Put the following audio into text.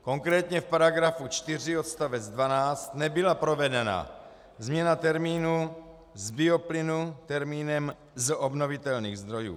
Konkrétně v § 4 odst. 12 nebyla provedena změna termínu z bioplynu termínem z obnovitelných zdrojů.